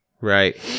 Right